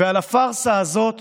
ועל הפארסה הזאת